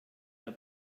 der